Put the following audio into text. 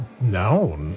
No